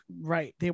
right